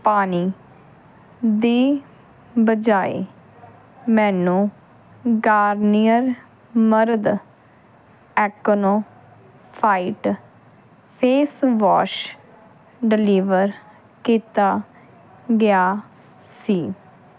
ਪਾਣੀ ਦੀ ਬਜਾਏ ਮੈਨੂੰ ਗਾਰਨੀਅਰ ਮਰਦ acno fight face wash deliver ਕੀਤਾ ਗਿਆ ਸੀ